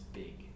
big